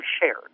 shared